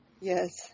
Yes